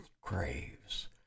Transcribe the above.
craves